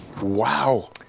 Wow